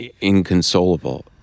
inconsolable